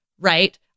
right